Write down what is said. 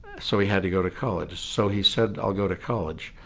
so he had to go to college so he said i'll go to college.